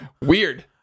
Weird